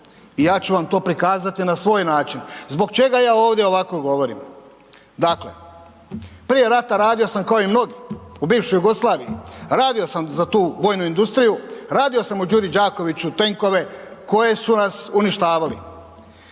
I ja ću vam to prikazati na svoj način. Zbog čega ja ovdje ovako govorim? Dakle, prije rata radio sam ko i mnogi u bivšoj Jugoslaviji, radio sam za tu vojnu industriju, radio sam u Đuri Đakoviću tenkove koje su nas uništavali.